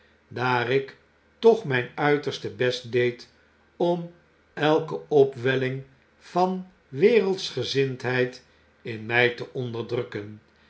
daar ik toch myn uiterste j est deed om elke opwelling van wereldscfygezittilheid in my te onderdrukken